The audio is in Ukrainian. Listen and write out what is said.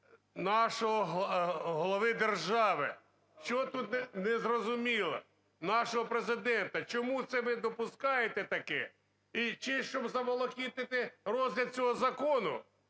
нашого голови держави, що тут незрозуміло, нашого Президента. Чому ви це допускаєте таке? І чи щоб заволокитити розгляд цього закону,